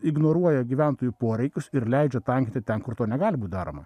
ignoruoja gyventojų poreikius ir leidžia tankinti ten kur to negali būt daroma